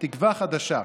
תקווה חדשה,